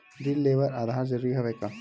ऋण ले बर आधार जरूरी हवय का?